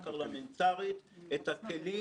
לראשונה החלטתי על שקיפות